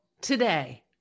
Today